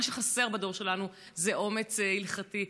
מה שחסר בדור שלנו זה אומץ הלכתי.